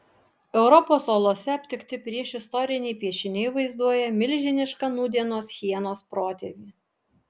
europos olose aptikti priešistoriniai piešiniai vaizduoja milžinišką nūdienos hienos protėvį